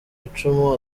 icumu